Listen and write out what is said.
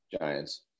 Giants